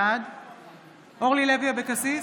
בעד אורלי לוי אבקסיס,